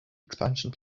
expansion